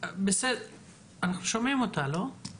אנחנו מדברים על כך שהילדים הבדואים מהווים רק